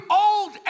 old